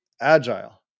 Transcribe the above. agile